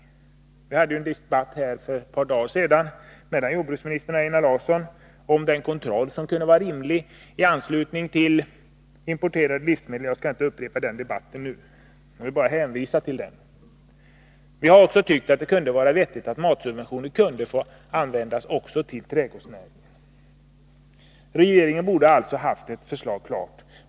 Det fördes en debatt här för ett par dagar sedan mellan jordbruksministern och Einar Larsson om den kontroll som kunde vara rimlig i anslutning till importerade livsmedel. Jag skall inte upprepa den debatten nu. Jag bara hänvisar till den. Vi tycker också att det kunde vara vettigt att matsubventioner fick ges till trädgårdsnäringen. Regeringen borde ha haft ett förslag klart.